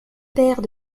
paires